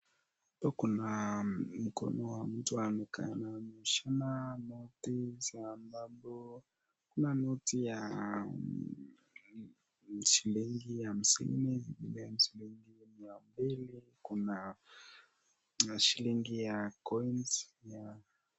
Hapa kuna mkono wa mtu amekaa na ameshika noti za ambapo kuna noti ya shilingi hamsini na shilingi mia mbili kuna ya shilingi ya coins .